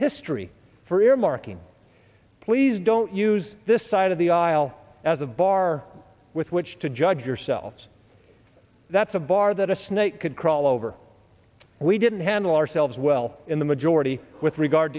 history for earmarking please don't use this side of the aisle as a bar with which to judge yourselves that's a bar that a snake could crawl over we didn't handle ourselves well in the majority with regard